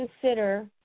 consider